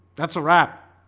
that's a wrap